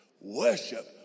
Worship